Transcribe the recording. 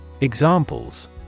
Examples